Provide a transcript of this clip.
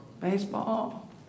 Baseball